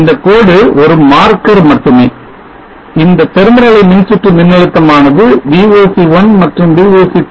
இந்தக் கோடு ஒரு மார்க்கர் மட்டுமே இந்த திறந்தநிலை மின்சுற்று மின்னழுத்தம் ஆனது VOC1 மற்றும் VOC2